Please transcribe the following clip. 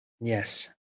Yes